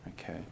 Okay